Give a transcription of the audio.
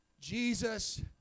Jesus